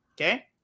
okay